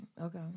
Okay